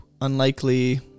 unlikely